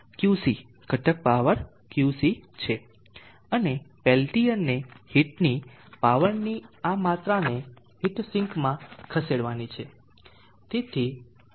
QC ઘટક power QC છે અને પેલ્ટીઅરને હીટની પાવરની આ માત્રાને હીટ સિંકમાં ખસેડવાની છે